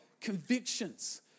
convictions